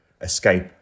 escape